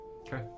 Okay